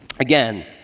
Again